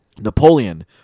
Napoleon